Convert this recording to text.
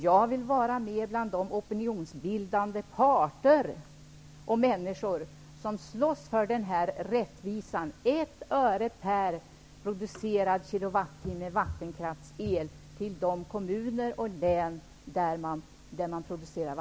Jag vill vara med bland de opinionsbildare som slåss för rättvisan i den här frågan, dvs. ett öre per producerad kilowattimme vattenkraftsel till de kommuner och län där vattenkraften produceras.